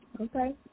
okay